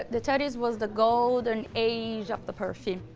the thirty s was the golden age of the perfume.